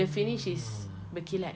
the finish is berkilat